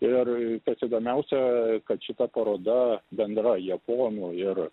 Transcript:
ir kas įdomiausia kad šita paroda bendra japonų ir